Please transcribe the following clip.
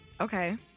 Okay